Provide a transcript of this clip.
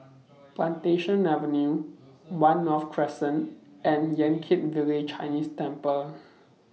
Plantation Avenue one North Crescent and Yan Kit Village Chinese Temple